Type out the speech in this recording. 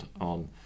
on